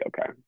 okay